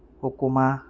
সুকুমা